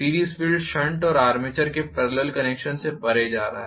series field shunt और armature के parallel connection से परे जा रहा है